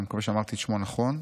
אני מקווה שאמרתי את שמו נכון.